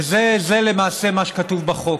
וזה למעשה מה שכתוב בחוק.